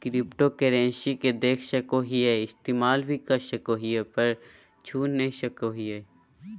cryptocurrency के देख सको हीयै इस्तेमाल भी कर सको हीयै पर छू नय सको हीयै